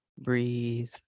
breathe